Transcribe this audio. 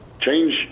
change